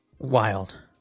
Wild